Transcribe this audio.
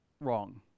wrong